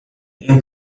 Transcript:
این